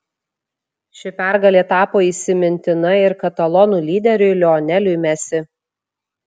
ši pergalė tapo įsimintina ir katalonų lyderiui lioneliui messi